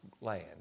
land